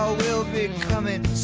ah will be comin'